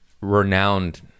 renowned